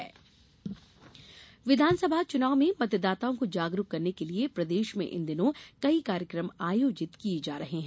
marathon विधानसभा चुनाव में मतदाताओं को जागरूक करने के लिए प्रदेश में इन दिनों कई कार्यक्रम आयोजित किये जा रहे हैं